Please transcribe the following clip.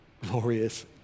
glorious